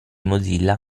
mozilla